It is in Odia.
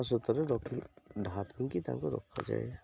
ସଫାସୁତର ରଖି ଢାଙ୍କି ତାଙ୍କୁ ରଖାଯାଏ